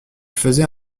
faisait